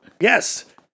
yes